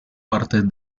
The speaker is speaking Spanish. partes